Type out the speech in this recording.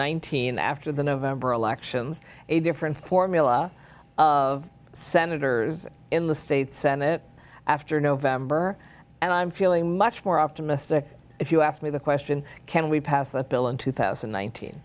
nineteen after the november elections a different formula of senators in the state senate after november and i'm feeling much more optimistic if you ask me the question can we pass the bill in two thousand and nineteen